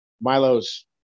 Milo's